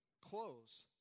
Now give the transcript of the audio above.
clothes